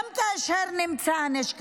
גם כאשר נמצא הנשק,